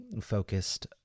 focused